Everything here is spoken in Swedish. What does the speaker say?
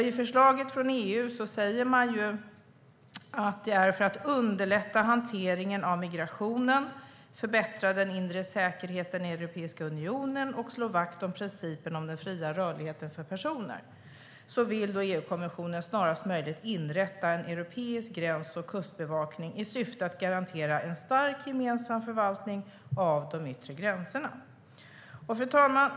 I förslaget från EU säger man att EU-kommissionen, för att underlätta hanteringen av migrationen, förbättra den inre säkerheten i Europeiska unionen och slå vakt om principen om den fria rörligheten för personer, snarast möjligt bör inrätta en europeisk gräns och kustbevakning i syfte att garantera en stark gemensam förvaltning av de yttre gränserna. Fru talman!